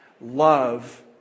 love